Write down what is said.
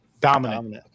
Dominant